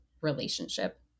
relationship